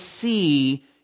see